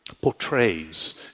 portrays